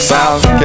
South